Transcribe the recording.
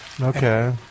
Okay